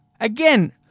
Again